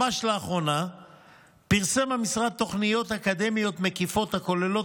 ממש לאחרונה פרסם המשרד תוכניות אקדמיות מקיפות הכוללות